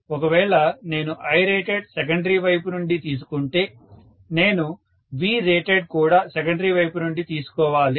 ఒకవేళ నేను Irated secondary వైపు నుండి తీసుకుంటుంటే నేను Vrated కూడా సెకండరీ వైపునుండి తీసుకోవాలి